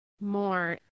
more